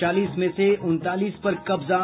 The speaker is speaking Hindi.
चालीस में से उनतालीस पर कब्जा